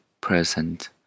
present